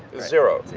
zero,